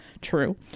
True